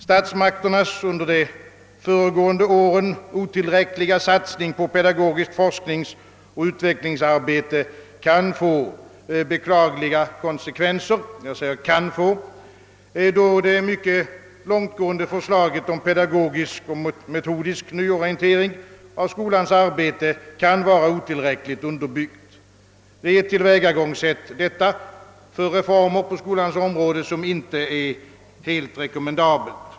Statsmakternas otillräckliga satsning under de föregående åren på pedagogiskt forskningsoch utvecklingsarbete kan få beklagliga konsekvenser, då det mycket långtgående förslaget om en pedagogisk och metodisk nyorientering av skolans arbete kan vara otillräckligt underbyggt. Detta tillvägagångssätt för reformer på skolans område är inte helt rekommendabelt.